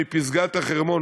מפסגת החרמון,